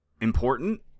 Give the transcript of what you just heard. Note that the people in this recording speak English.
important